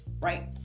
right